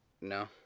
No